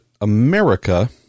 America